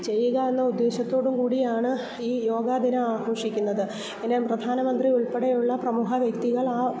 ചെയ്യുക എന്ന ഉദ്ദേശത്തോടും കൂടിയാണ് ഈ യോഗ ദിനം ആഘോഷിക്കുന്നത് അതിനെ പ്രധാനമന്ത്രി ഉൾപ്പെടെയുള്ള പ്രമുഖ വ്യക്തികൾ ആ